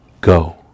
Go